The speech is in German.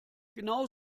genau